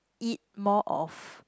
eat more of